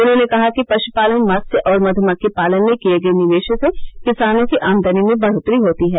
उन्होंने कहा कि पश्पालन मत्स्य और मध्मक्खी पालन में किए गए निवेश से किसानों की आमदनी में बढ़ोतरी होती है